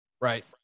Right